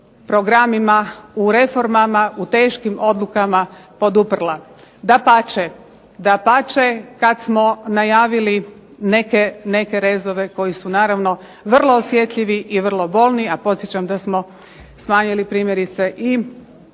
programima, u reformama, u teškim odlukama poduprla. Dapače, kad smo najavili neke rezove koji su naravno vrlo osjetljivi i vrlo bolni, a podsjećam da smo smanjili primjerice i